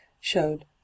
showed